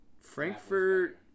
Frankfurt